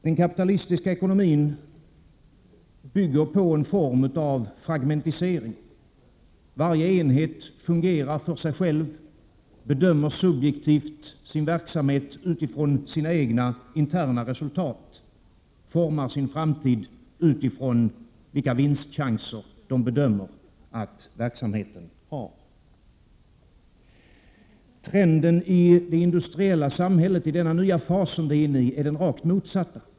Den kapitalistiska ekonomin bygger på en form av fragmentisering. Varje enhet fungerar för sig själv, bedömer subjektivt sin verksamhet utifrån sina egna interna resultat, formar sin framtid utifrån vilka vinstchanser man bedömer att verksamheten har. Trenden i det industriella samhället i denna nya fas som det är inne i är den rakt motsatta.